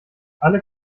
alle